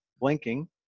blinking